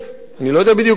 אני לא יודע בדיוק מה המספר,